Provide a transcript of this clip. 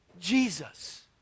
Jesus